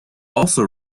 also